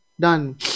done